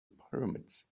pyramids